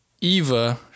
Eva